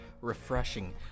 refreshing